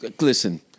listen